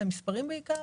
בעיקר למספרים.